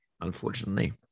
unfortunately